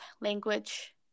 language